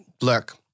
look